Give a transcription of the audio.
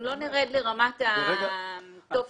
לא נרד לרמת הטופס.